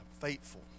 faithful